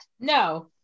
No